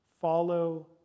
follow